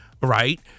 right